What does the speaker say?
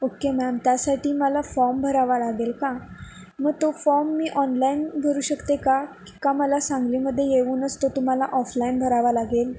okay ma'am त्यासाठी मला form भरावा लागेल का मग तो फॉम मी ऑनलाईन भरू शकते का का मला सांगलीमध्ये येऊनच तो तुम्हाला ऑफलाईन भरावा लागेल